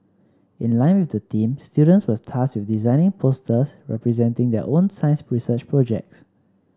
in line with the theme students were tasked with designing posters representing their own science research projects